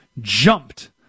jumped